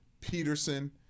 Peterson